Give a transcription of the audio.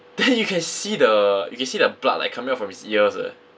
then you can see the you can see the blood like coming out from his ears eh